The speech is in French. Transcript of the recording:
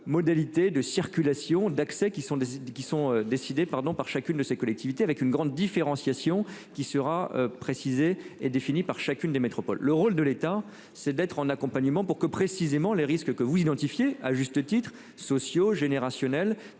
modalités de circulation d'accès qui sont des qui sont décidés pardon par chacune de ces collectivités avec une grande différenciation qui sera précisée est définie par chacune des métropoles le rôle de l'État, c'est d'être en accompagnement pour que précisément les risques que vous identifier à juste titre socio-générationnels